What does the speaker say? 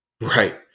Right